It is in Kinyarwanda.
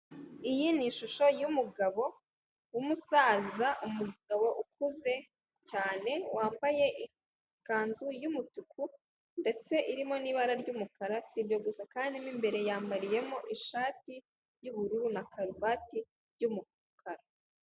Iyi ni ishusho y'umugabo wumusaza umugabo ukuze cyane, wambaye ikanzu y'umutuku ndetse irimo n'ibara ry'umukara. Si ibyo gusa kandi mo imbere yambariyemo ishati y'ubururu na karuvati y'umukara.